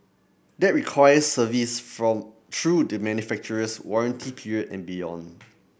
that requires service from through the manufacturer's warranty period and beyond